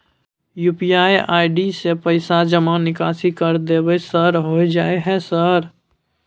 UPI ID से पैसा जमा निकासी कर देबै सर होय जाय है सर?